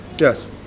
Yes